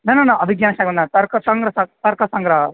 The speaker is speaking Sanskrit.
न न न अभिज्ञानशाकुन्तलं तर्कसङ्ग्रहः तर्कसङ्ग्रहः